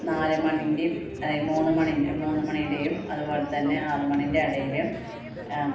നാല് മണിൻ്റെയും അയ് മൂന്ന് മണിൻ്റെ മൂന്ന് മണിയുടെയും അതുപോലെ തന്നെ ആറ് മണിൻ്റെ ഇടയിലും